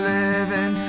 living